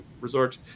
resort